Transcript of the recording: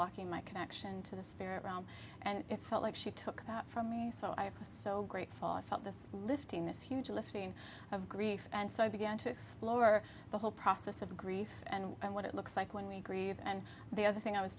blocking my connection to the spirit around and it felt like she took from me so i was so grateful i felt this lifting this huge lifting of grief and so i began to explore the whole process of grief and what it looks like when we grieve and the other thing i was